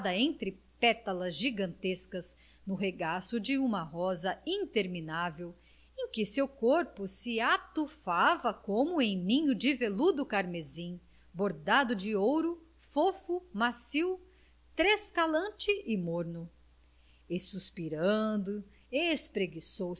entre pétalas gigantescas no regaço de uma rosa interminável em que seu corpo se atufava como em ninho de veludo carmesim bordado de ouro fofo macio trescalante e morno e suspirando